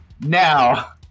Now